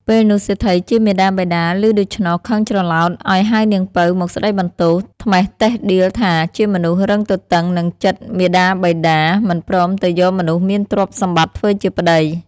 ពេលនោះសេដ្ឋីជាបិតាមាតាឮដូច្នោះខឹងច្រឡោតឲ្យហៅនាងពៅមកស្ដីបន្ទោស ត្មះតិះដៀលថាជាមនុស្សរឹងត្អឹងទទឹងនឹងចិត្តមាតាបិតា មិនព្រមទៅយកមនុស្សមានទ្រព្យសម្បត្តិធ្វើជាប្ដី។